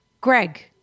Greg